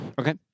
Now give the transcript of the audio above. Okay